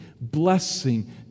blessing